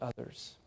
others